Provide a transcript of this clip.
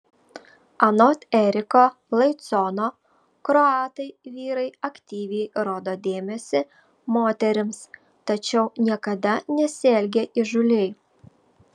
anot eriko laicono kroatai vyrai aktyviai rodo dėmesį moterims tačiau niekada nesielgia įžūliai